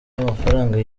y’amafaranga